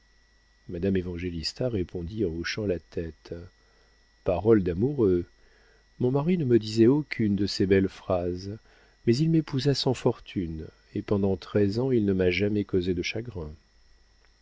madame évangélista répondit en hochant la tête paroles d'amoureux mon mari ne me disait aucune de ces belles phrases mais il m'épousa sans fortune et pendant treize ans il ne m'a jamais causé de chagrins